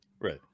right